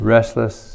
Restless